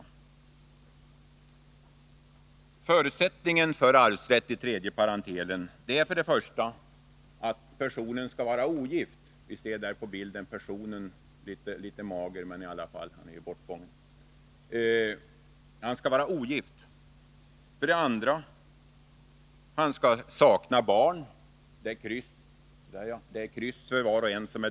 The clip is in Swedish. Förutsättningen för arvsrätt i tredje parentelen är för det första att personen skall vara ogift. För det andra skall han sakna barn.